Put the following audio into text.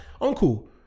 uncle